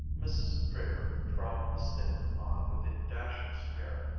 mrs. draper troweled this statement on with a dashing smear,